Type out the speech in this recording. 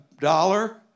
dollar